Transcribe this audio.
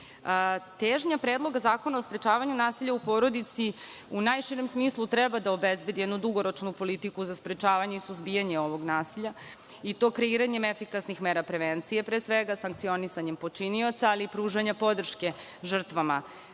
dela. Težnja Predloga zakona o sprečavanju nasilja u porodici u najširem smislu treba da obezbedi jednu dugoročnu politiku za sprečavanje i suzbijanje ovog nasilja, i to kreiranjem efikasnih mera prevencije, pre svega, sankcionisanjem počinioca, ali i pružanje podrške žrtvama